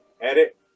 edit